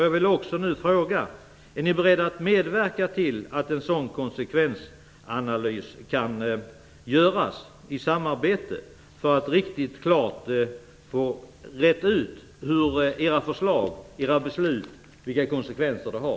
Jag vill därför fråga: Är ni beredda att medverka till att en konsekvensanalys kan göras i samarbete för att riktigt klart få rett ut vilka konsekvenser era förslag och beslut har?